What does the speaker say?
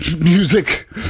music